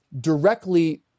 directly